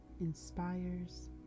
inspires